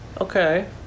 Okay